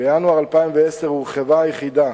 בינואר 2010 הורחבה היחידה.